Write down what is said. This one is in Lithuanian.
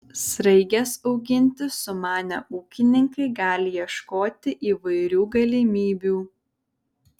sraiges auginti sumanę ūkininkai gali ieškoti įvairių galimybių